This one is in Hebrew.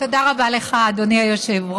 תודה רבה לך, אדוני היושב-ראש.